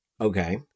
Okay